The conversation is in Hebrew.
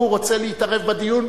הוא רוצה להתערב בדיון